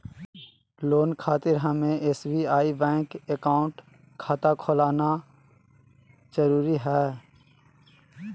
Loan खातिर हमें SBI bank account खाता खोल आना जरूरी है?